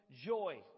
Joy